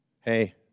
hey